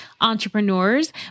entrepreneurs